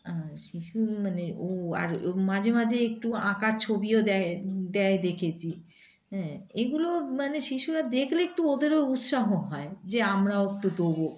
আর শিশু মানে ও আর মাঝে মাঝে একটু আঁকা ছবিও দেয় দেয় দেখেছি হ্যাঁ এগুলো মানে শিশুরা দেখলে একটু ওদেরও উৎসাহ হয় যে আমরাও একটু দেবো